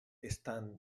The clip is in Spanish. están